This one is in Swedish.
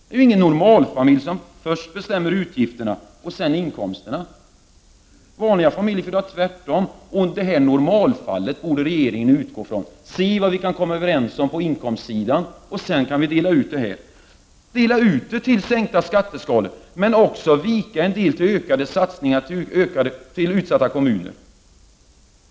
Det är ingen normalfamilj som först bestämmer utgifterna och sedan inkomsterna. Vanliga familjer får göra tvärtom. Det normalfallet borde regeringen utgå från. Låt oss se vad vi kan komma överens om på inkomstsidan, och sedan kan vi dela ut det, i form av sänkta skatteskalor men också i form av satsningar till utsatta kommuner.